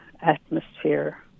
atmosphere